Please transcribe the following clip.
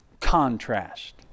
contrast